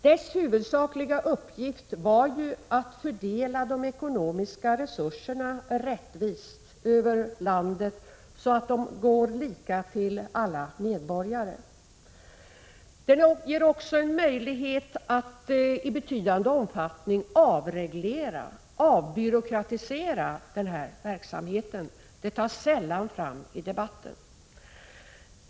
Dess huvudsakliga uppgift var ju att fördela de ekonomiska resurserna rättvist över landet, så att de blir lika fördelade till alla medborgare. Den ger också en möjlighet att i betydande omfattning avreglera och avbyråkratisera den här verksamheten. Detta tas sällan fram i debatten.